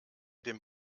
dem